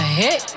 hit